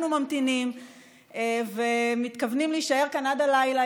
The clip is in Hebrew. אנחנו ממתינים ומתכוונים להישאר כאן עד הלילה,